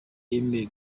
yemeye